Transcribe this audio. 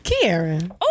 Karen